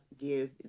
give